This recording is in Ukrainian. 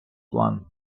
план